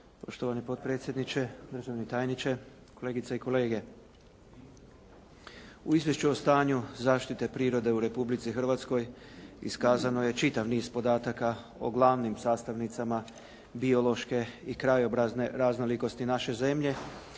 Štovani potpredsjedniče, državni tajniče, kolegice i kolege. U Izvješću o stanju zaštite prirode u Republici Hrvatskoj iskazano je čitav niz podataka o glavnim sastavnicama biološke i krajobrazne raznolikosti naše zemlje